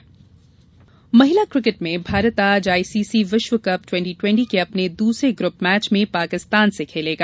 ट्वेटी twenty महिला cricket में भारत आज आईसीसी विश्व कप ट्वेंटी ट्वेंटी के अपने दूसरे ग्रुप मैच में पाकिस्तान से खेलेगा